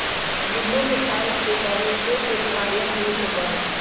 नींबू के खाई से बहुत से बीमारियन दूर होबा हई